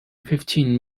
fifteen